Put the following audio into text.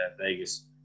Vegas